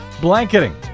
Blanketing